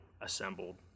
assembled